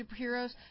superheroes